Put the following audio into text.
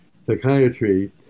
psychiatry